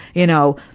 you know,